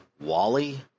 Wally